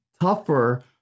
tougher